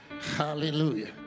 Hallelujah